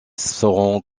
seront